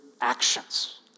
actions